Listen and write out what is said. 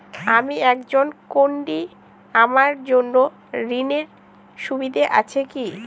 আমি একজন কট্টি আমার জন্য ঋণের সুবিধা আছে কি?